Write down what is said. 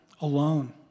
alone